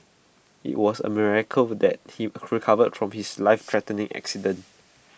IT was A miracle that he recovered from his lifethreatening accident